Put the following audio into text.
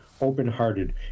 open-hearted